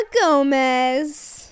Gomez